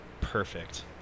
perfect